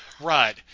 Right